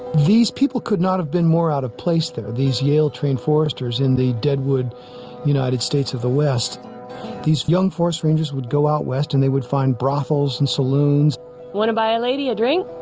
these people could not have been more out of place there these yale trained foresters in the deadwood united states of the west these young forest rangers would go out west and they would find brothels and saloons wanna buy a lady a drink?